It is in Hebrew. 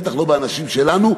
בטח לא באנשים שלנו,